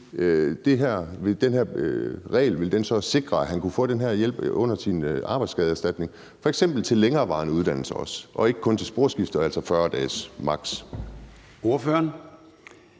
den her regel så sikre, at man kunne få den her hjælp under sin arbejdsskadeerstatning – f.eks. også til længerevarende uddannelser og ikke kun til et sporskifte og altså maks. 40 dage?